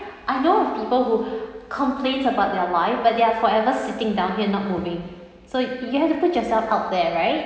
I know people who complained about their life but they're forever sitting down here not moving so you have to put yourself out there right